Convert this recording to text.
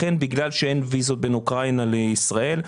בגלל שאין ויזות בין אוקראינה לישראל,